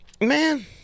Man